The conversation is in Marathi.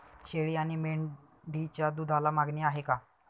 शेळी आणि मेंढीच्या दूधाला मागणी आहे का?